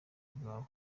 bwabo